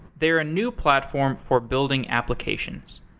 they're a new platform for building applications.